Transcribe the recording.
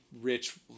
rich